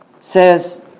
says